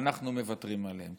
אנחנו מוותרים עליהם.